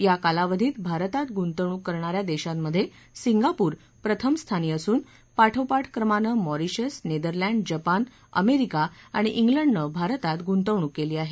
या कालावधीत भारतात गुंतवणूक करणाऱ्या देशां मध्ये सिंगापूर प्रथम स्थानी असून पाठोपाठ क्रमानं मॉरिशस नेदरलंडजपान अमेरिका आणि इंग्लंडनं भारतात गुंतवणूक केली आहे